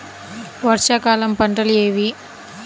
వర్షాకాలం పంటలు ఏవి?